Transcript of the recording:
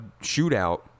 shootout